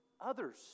others